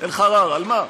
אלהרר, על מה?